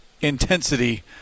intensity